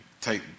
Take